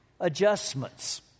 adjustments